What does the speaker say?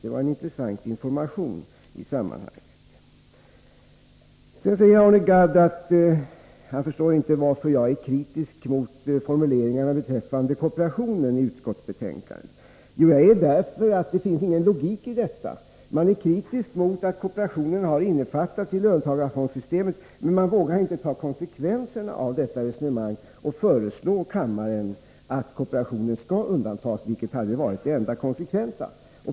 Det var en intressant upplysning i sammanhanget. Arne Gadd säger vidare att han inte förstår varför jag är kritisk mot formuleringarna beträffande kooperationen i utskottsbetänkandet. Det är därför att det inte finns någon logik i detta. Utskottsmajoriteten är kritisk mot att kooperationen har innefattats i löntagarfondssystemet, men man vågar inte ta konsekvenserna av detta resonemang och föreslå kammaren att kooperationen skall undantas, vilket hade varit det enda konsekventa.